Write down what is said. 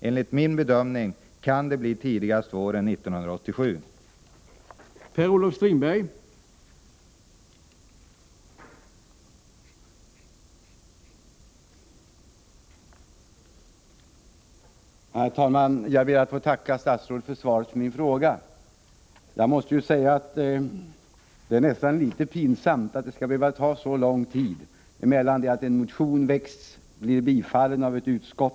Enligt min bedömning kan det bli tidigast våren 1987. lägga ner Övertorneå revir